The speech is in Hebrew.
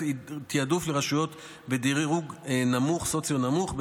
תיעדוף לרשויות בדירוג סוציו-אקונומי נמוך,